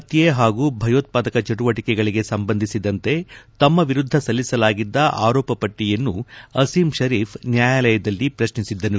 ಹತ್ಯೆ ಹಾಗೂ ಭಯೋತ್ವಾದಕ ಚಟುವಟಕೆಗಳಿಗೆ ಸಂಬಂಧಿಸಿದಂತೆ ತಮ್ಮ ವಿರುದ್ದ ಸಲ್ಲಿಸಲಾಗಿದ್ದ ಆರೋಪ ಪಟ್ಟಯನ್ನು ಅಸೀಮ್ ಶರೀಫ್ ನ್ಯಾಯಾಲಯದಲ್ಲಿ ಪ್ರಶ್ನಿಸಿದ್ದನು